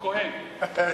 הכהן.